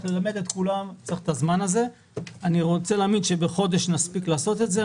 אני רוצה להאמין שבחודש נספיק לעשות את זה,